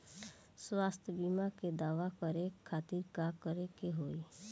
स्वास्थ्य बीमा के दावा करे के खातिर का करे के होई?